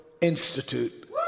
Institute